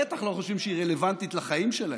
בטח לא חושבים שהיא רלוונטית לחיים שלהם.